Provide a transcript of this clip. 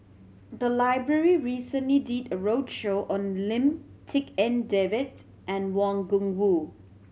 the library recently did a roadshow on Lim Tik En David and Wang Gungwu